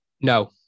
no